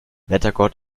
wettergott